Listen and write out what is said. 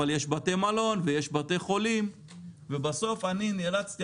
אבל יש בתי מלון ושי בתי חולים ובסוף אני נאלצתי,